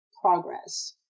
progress